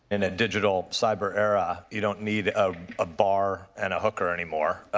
in a digital cyber era, you don't need ah a bar and a hooker anymore.